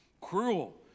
Cruel